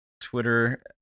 Twitter